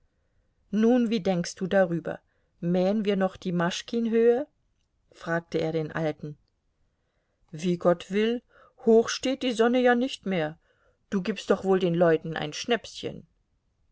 nun wie denkst du darüber mähen wir noch die maschkin höhe fragte er den alten wie gott will hoch steht die sonne ja nicht mehr du gibst doch wohl den leuten ein schnäpschen